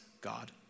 God